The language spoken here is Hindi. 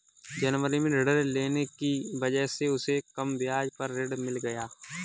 जनवरी में ऋण लेने की वजह से उसे कम ब्याज पर ऋण मिल गया